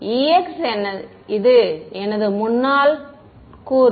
மாணவர் Ex இது எனது முன்னாள் கூறு